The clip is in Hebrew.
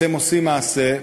אתם עושים מעשה.